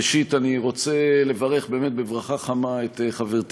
ראשית אני רוצה לברך באמת בברכה חמה את חברתי